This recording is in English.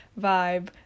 vibe